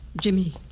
Jimmy